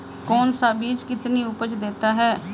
कौन सा बीज कितनी उपज देता है?